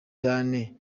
cyane